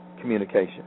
communication